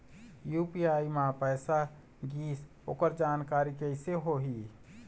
UPI म पैसा गिस ओकर जानकारी कइसे होही?